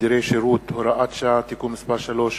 ותשדירי שירות) (הוראת שעה) (תיקון מס' 3),